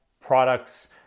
products